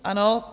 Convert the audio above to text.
Ano.